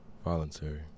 Voluntary